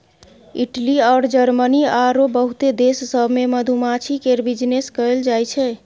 Italy अउर Germany आरो बहुते देश सब मे मधुमाछी केर बिजनेस कएल जाइ छै